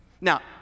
Now